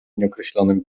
nieokreślonym